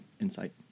insight